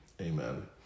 Amen